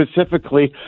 specifically